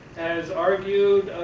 has argued,